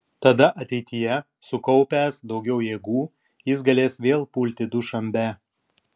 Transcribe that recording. tada ateityje sukaupęs daugiau jėgų jis galės vėl pulti dušanbę